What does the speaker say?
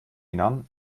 innern